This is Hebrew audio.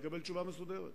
הוא יקבל תשובה מסודרת.